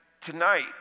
tonight